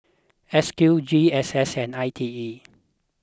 S Q G S S and I T E